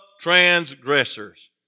transgressors